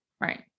right